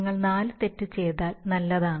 നിങ്ങൾ 4 തെറ്റ് ചെയ്യുന്നതിനേക്കാൾ നല്ലതാണ്